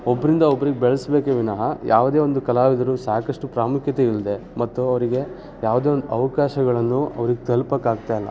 ಒಬ್ಬರಿಂದ ಒಬ್ರಿಗೆ ಬೆಳ್ಸ್ಬೇಕೇ ವಿನಃ ಯಾವುದೇ ಒಂದು ಕಲಾವಿದರು ಸಾಕಷ್ಟು ಪ್ರಾಮುಖ್ಯತೆ ಇಲ್ಲದೆ ಮತ್ತು ಅವರಿಗೆ ಯಾವುದೇ ಒಂದು ಅವಕಾಶಗಳನ್ನು ಅವ್ರಿಗೆ ತಲ್ಪೋಕ್ಕಾಗ್ತಾ ಇಲ್ಲ